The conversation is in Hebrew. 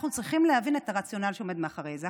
אנחנו צריכים להבין את הרציונל שעומד מאחורי זה.